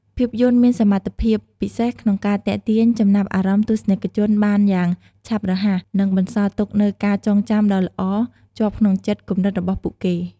ភាពយន្តមានសមត្ថភាពពិសេសក្នុងការទាក់ទាញចំណាប់អារម្មណ៍ទស្សនិកជនបានយ៉ាងឆាប់រហ័ស និងបន្សល់ទុកនូវការចងចាំដ៏ល្អជាប់ក្នុងចិត្តគំនិតរបស់ពួកគេ។